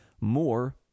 more